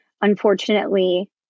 Unfortunately